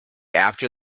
after